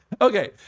Okay